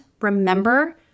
remember